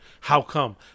how-come